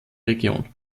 region